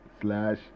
slash